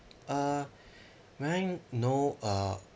uh may I know uh